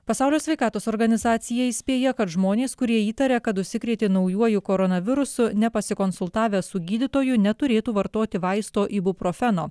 pasaulio sveikatos organizacija įspėja kad žmonės kurie įtaria kad užsikrėtė naujuoju koronavirusu nepasikonsultavę su gydytoju neturėtų vartoti vaisto ibuprofeno